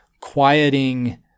quieting